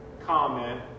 comment